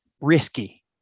risky